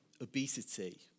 obesity